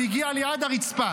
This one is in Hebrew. הוא הגיע לי עד הרצפה,